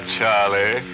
Charlie